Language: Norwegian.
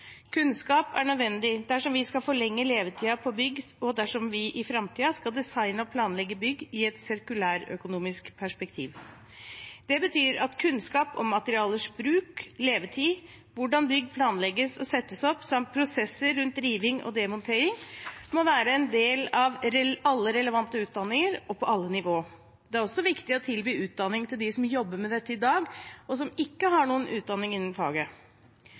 Kunnskap er nødvendig dersom vi skal forlenge levetiden på bygg, og dersom vi i framtiden skal designe og planlegge bygg i et sirkulærøkonomisk perspektiv. Det betyr at kunnskap om materialers bruk og levetid, hvordan bygg planlegges og settes opp, samt prosesser rundt riving og demontering må være en del av alle relevante utdanninger og på alle nivåer. Det er også viktig å tilby utdanning til dem som jobber med dette i dag, og som ikke har noen utdanning innen faget.